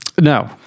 No